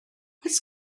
oes